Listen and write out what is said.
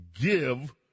give